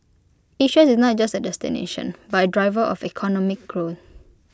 Asia is not just A destination but A driver of economic grown